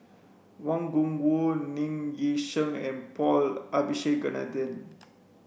Wang Gungwu Ng Yi Sheng and Paul Abisheganaden